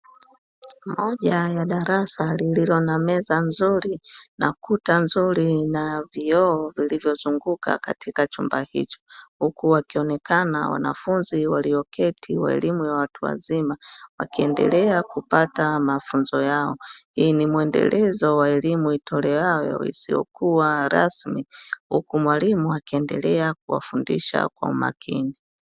Moja ya darasa lililo na meza nzuri, na kuta nzuri na vioo vilivyozunguka katika chumba hicho, huku wakionekana wanafunzi walioketi wa elimu ya watu wazima, wakiendelea kupata mafunzo yao. Hii ni mwendelezo wa elimu itolewayo isiyo kuwa rasmi, huku mwalimu akiendelea kuwafundisha kwa umakini.